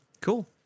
Cool